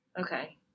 Okay